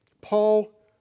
Paul